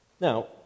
Now